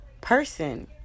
person